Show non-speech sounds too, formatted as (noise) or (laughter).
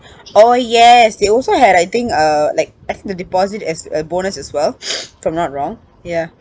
oh yes they also had I think uh like I think the deposit as a bonus as well (noise) if I'm not wrong ya